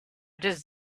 just